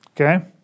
okay